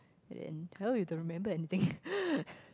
and now you don't remember anything